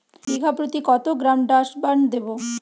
বিঘাপ্রতি কত gram Dursban দেবো?